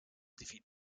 defeat